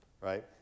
right